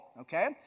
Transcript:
okay